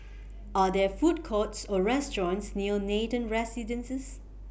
Are There Food Courts Or restaurants near Nathan Residences